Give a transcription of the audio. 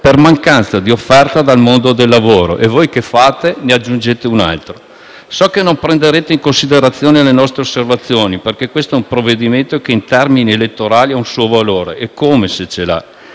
per mancanza di offerta dal mondo del lavoro. E voi che fate? Ne aggiungete un altro. So che non prenderete in considerazione le nostre osservazioni, perché questo è un provvedimento che in termini elettorali ha un suo valore, eccome se ce l'ha.